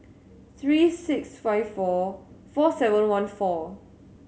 three six five four four seven one four